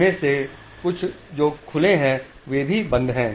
उनमें से कुछ जो खुले हैं वे भी बंद हैं